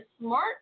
smart